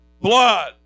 blood